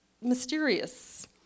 mysterious